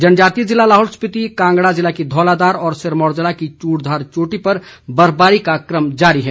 जनजातीय जिला लाहौल स्पीति कांगड़ा जिला की धौलाधार और सिरमौर जिला की चूड़धार चोटी पर बर्फबारी का क्रम जारी है